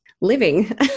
living